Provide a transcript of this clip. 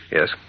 Yes